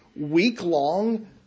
week-long